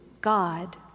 God